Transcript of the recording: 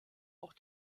auch